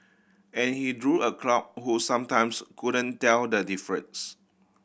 and he drew a crowd who sometimes couldn't tell the difference